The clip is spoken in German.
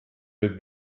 wir